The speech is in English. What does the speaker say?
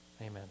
Amen